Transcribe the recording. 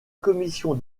commission